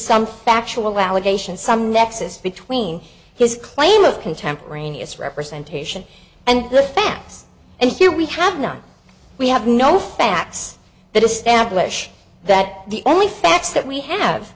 factual allegations some nexus between his claim of contemporaneous representation and the facts and here we have none we have no facts that establish that the only facts that we have